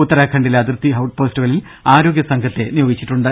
ഉത്തരാഖണ്ഡിലെ അതിർത്തി ഔട്ട്പോസ്റ്റുകളിൽ ആരോഗ്യ സംഘത്തെ നിയോഗിച്ചിട്ടുണ്ട്